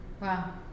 wow